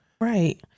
right